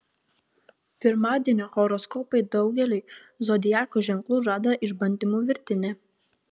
pirmadienio horoskopai daugeliui zodiako ženklų žada išbandymų virtinę